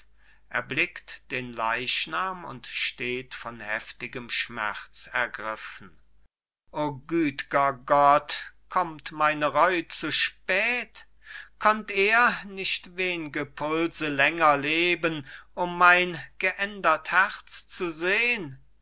den leichnam und steht von heftigem schmerz ergriffen o güt'ger gott kommt meine reu zu spät konnt er nicht wen'ge pulse länger leben um mein geändert herz zu sehn